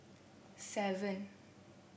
seven